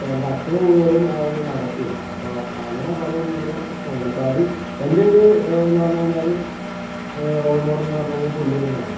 ഇപ്പോൾ എൻ്റെ അച്ഛന് പോലും അതൊന്നും നടക്കില അപ്പോൾ അങ്ങനെ പല രീതിയിലുള്ള പ്രശ്നങ്ങളുണ്ട് അപ്പോൾ അത് എൻ്റെ ഒരു എന്ന് പറഞ്ഞ് കഴിഞ്ഞാൽ റോൾ മോഡൽ എന്ന് പറഞ്ഞ് കഴിഞ്ഞാൽ പുള്ളി തന്നെയാണ്